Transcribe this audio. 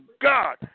God